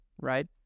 right